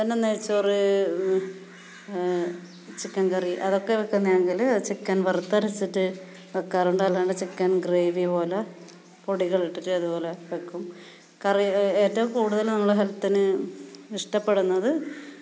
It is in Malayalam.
പിന്നെ നെയ്യ്ച്ചോറ് ചിക്കൻ കറി അതൊക്കെ വെക്കുന്നതാണെങ്കിൽ ചിക്കൻ വറത്തരച്ചിട്ട് വെയ്ക്കാറുണ്ട് അല്ലാണ്ട് ചിക്കൻ ഗ്രേവി പോലെ പൊടികളിട്ടിട്ട് അതുപോലെ വെക്കും കറി ഏറ്റവും കൂടുതൽ നമ്മുടെ ഹെൽത്തിന് ഇഷ്ടപ്പെടുന്നത്